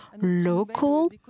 local